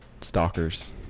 stalkers